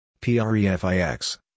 Prefix